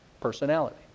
personality